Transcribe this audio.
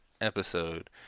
episode